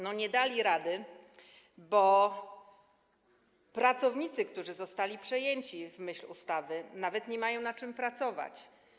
No nie dali rady, bo pracownicy, którzy zostali przejęci w myśl ustawy, nawet nie mają na czym pracować.